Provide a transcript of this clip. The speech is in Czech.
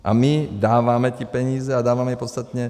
A my dáváme ty peníze a dáváme je podstatně...